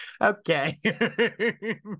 Okay